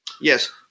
Yes